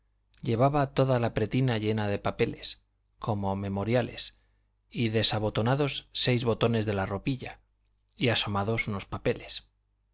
llevaba toda la pretina llena de papeles como memoriales y desabotonados seis botones de la ropilla y asomados unos papeles